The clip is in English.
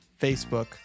Facebook